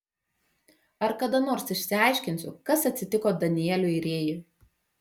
ar kada nors išsiaiškinsiu kas atsitiko danieliui rėjui